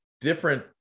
different